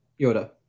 Yoda